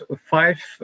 five